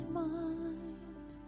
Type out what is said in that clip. mind